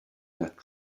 that